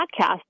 podcast